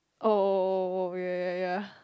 oh oh oh oh yea yea yea yea